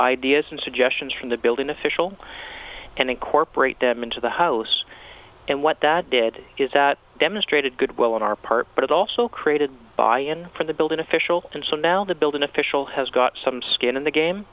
ideas and suggestions from the building official and incorporate them into the house and what that did is that demonstrated well on our part but it also created by and for the building official and so now the building official has got some skin in the game